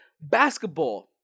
Basketball